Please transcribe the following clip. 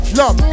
love